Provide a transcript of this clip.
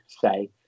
say